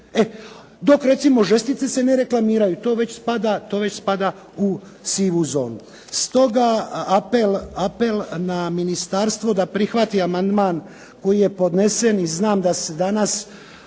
Dok recimo žestice se ne reklamiraju, to već spada u sivu zonu. Stoga apel na ministarstvo da prihvati amandman koji je podnesen i znam da se danas